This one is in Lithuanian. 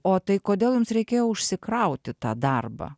o tai kodėl jums reikėjo užsikrauti tą darbą